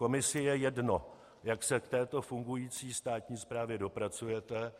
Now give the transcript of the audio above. Komisi je jedno, jak se k této fungující státní správě dopracujete.